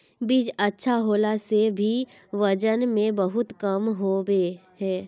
बीज अच्छा होला से भी वजन में बहुत कम होबे है?